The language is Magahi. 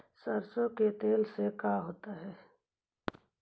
सरसों के तेल से का होता है?